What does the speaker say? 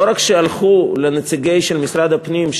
לא רק שהלכו לנציגי משרד הפנים,